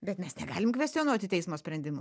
bet mes negalim kvestionuoti teismo sprendimų